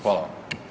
Hvala vam.